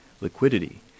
liquidity